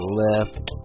left